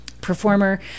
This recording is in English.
performer